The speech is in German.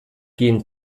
gehen